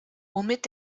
womit